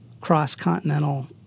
cross-continental